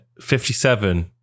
57